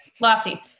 Lofty